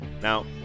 Now